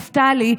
נפתלי,